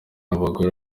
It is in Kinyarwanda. abagore